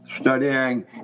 studying